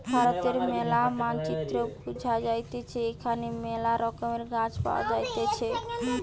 ভারতের ম্যালা মানচিত্রে বুঝা যাইতেছে এখানে মেলা রকমের গাছ পাওয়া যাইতেছে